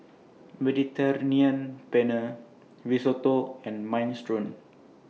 Mediterranean Penne Risotto and Minestrone